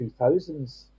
2000s